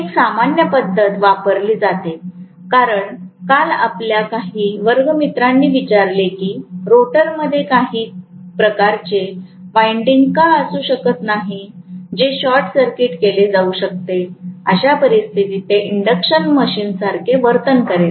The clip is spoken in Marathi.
ही एक सामान्य पद्धत वापरली जाते कारण काल आपल्या काही वर्गमित्रांनी विचारले की रोटरमध्ये काही प्रकारचे वाइंडिंग का असू शकत नाही जे शॉर्ट सर्किट केले जाऊ शकते अशा परिस्थितीत ते इंडक्शन मशीनसारखे वर्तन करेल